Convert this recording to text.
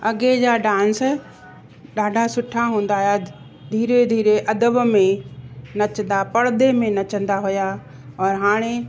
अॻे जा डांस ॾाढा सुठा हूंदा हुया धीरे धीरे अदब में नचंदा पर्दे में नचंदा हुया और हाणे